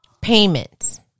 payments